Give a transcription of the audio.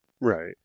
right